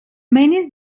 many